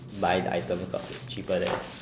buy the item cause it's cheaper there